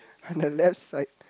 on the left side